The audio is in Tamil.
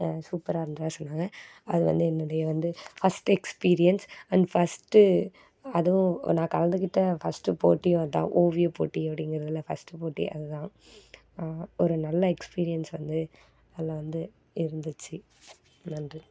சூப்பராக இருந்ததாக சொன்னாங்க அது வந்து என்னுடைய வந்து ஃபஸ்ட்டு எக்ஸ்பீரியன்ஸ் அண்ட் ஃபஸ்ட்டு அதுவும் நான் கலந்துக்கிட்டே ஃபஸ்ட்டு போட்டியும் அதுதான் ஓவியப் போட்டி அப்படிங்கிறதுல ஃபஸ்ட்டு போட்டி அதுதான் ஒரு நல்ல எக்ஸ்பீரியன்ஸ் வந்து அதில் வந்து இருந்துச்சு நன்றி